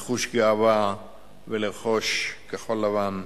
לחוש גאווה ולרכוש כחול-לבן.